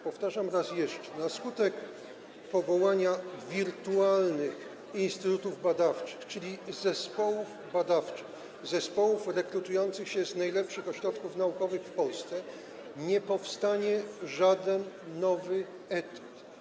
Powtarzam raz jeszcze: na skutek powołania wirtualnych instytutów badawczych, czyli zespołów badawczych, zespołów rekrutujących się z najlepszych ośrodków naukowych w Polsce nie powstanie żaden nowy etat.